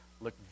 look